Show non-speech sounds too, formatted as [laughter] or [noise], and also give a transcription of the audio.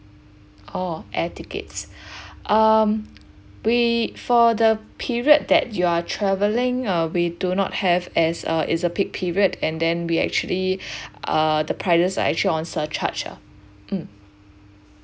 oh air tickets [breath] um we for the period that you are traveling uh we do not have as uh is a peak period and then we actually [breath] uh the prices is actually on surcharge lah um